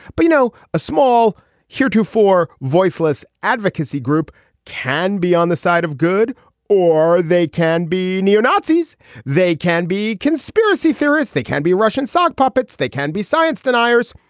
but you know a small heretofore voiceless advocacy group can be on the side of good or they can be neo-nazis they can be conspiracy theorists they can be russian sock puppets they can be science deniers.